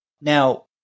now